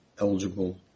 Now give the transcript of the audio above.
eligible